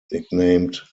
nicknamed